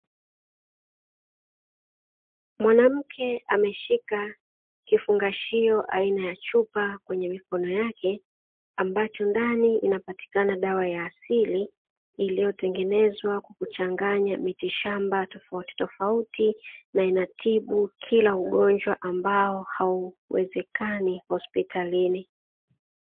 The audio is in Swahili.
Mwanamke ameshika kifungashio aina ya chupa kwenye mikono yake ambacho ndani inapatikana dawa ya asili, iliyotengenezwa kwa kuchanganywa miti shamba tofautitofauti na inatibu kila ugonjwa ambao hauwezekani hospitalini.